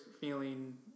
feeling